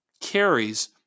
carries